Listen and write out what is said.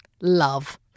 love